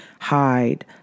hide